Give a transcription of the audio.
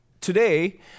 today